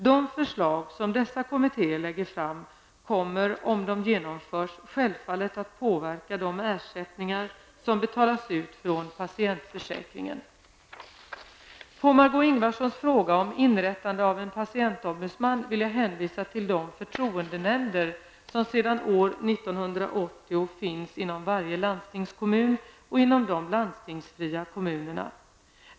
De förslag som dessa kommittéer lägger fram kommer, om de genomförs, självfallet att påverka de ersättningar som betalas ut från patientförsäkringen. På Margó Ingvardssons fråga om inrättande av en patientombudsman vill jag hänvisa till de förtroendenämnder som sedan år 1980 finns inom varje landstingskommun och inom de landstingsfria kommunerna.